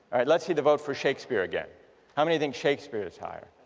alright let's see the vote for shakespeare again how many think shakespeare is higher?